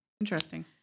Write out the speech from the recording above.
Interesting